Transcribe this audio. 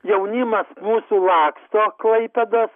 jaunimas mūsų laksto klaipėdos